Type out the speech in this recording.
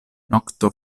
nokto